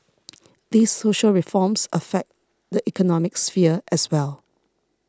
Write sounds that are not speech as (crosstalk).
(noise) these social reforms affect the economic sphere as well